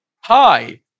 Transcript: hi